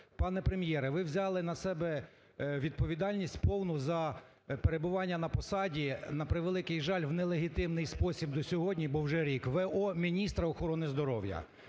Пане Прем'єре, ви взяли на себе відповідальність повну за перебуванні на посаді, на превеликий жаль, в нелегітимний спосіб до сьогодні, бо вже рік, в.о. міністра охорони здоров'я.